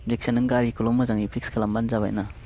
जेखिजाया नों गारिखौल' मोजाङै फिक्स खालामबानो जाबाय ना